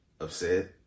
upset